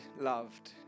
loved